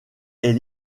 est